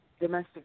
domestic